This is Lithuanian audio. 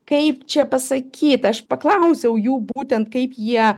kaip čia pasakyt aš paklausiau jų būtent kaip jie